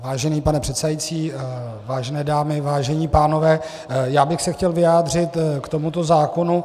Vážený pane předsedající, vážené dámy, vážení pánové, já bych se chtěl vyjádřit k tomuto zákonu.